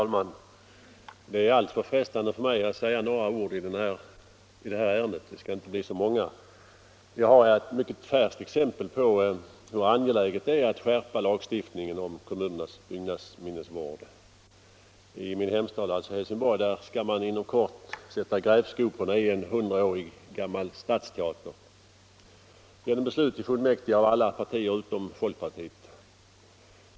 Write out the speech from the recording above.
Herr talman! Det är alltför frestande för mig att säga några ord i det här ärendet — de skall inte bli så många. Jag har ett mycket färskt exempel på hur angeläget det är att skärpa lagstiftningen om kommunernas byggnadsminnesvård. I min hemstad, Helsingborg, skall man genom beslut i fullmäktige av alla partier utom folkpartiet inom kort sätta grävskoporna i en 100 år gammal stadsteater.